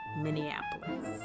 minneapolis